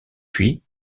puis